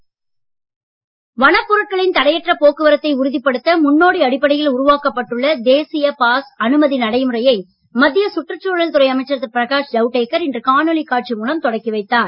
pass முறை வனப் பொருட்களின் தடையற்ற போக்குவரத்தை உறுதிப்படுத்த முன்னோடி அடிப்படையில் உருவாக்கப்பட்டுள்ள தேசிய பாஸ் அனுமதி நடைமுறையை மத்திய சுற்றுச்சூழல் துறை அமைச்சர் திரு பிரகாஷ் ஜவடேகர் இன்று காணொளி காட்சி மூலம் தொடங்கி வைத்தார்